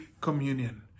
Communion